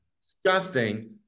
Disgusting